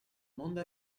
mondo